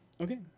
okay